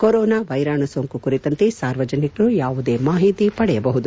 corona ವೈರಾಣು ಸೋಂಕು ಕುರಿತಂತೆ ಸಾರ್ವಜನಿಕರು ಯಾವುದೇ ಮಾಹಿತಿ ಪಡೆಯಬಹುದು